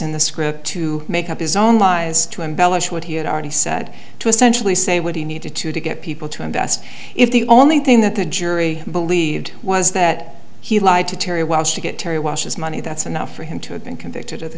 in the script to make up his own lies to embellish what he had already said to essentially say what he needed to to get people to invest if the only thing that the jury believed was that he lied to terri while she get terri washes money that's enough for him to have been convicted of the